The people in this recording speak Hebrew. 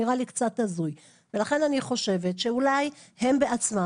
נראה לי קצת הזוי ולכן אני חושבת שאולי הם בעצמם,